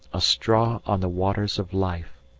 a straw on the waters of life.